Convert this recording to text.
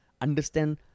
understand